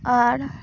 ᱟᱨ